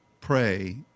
pray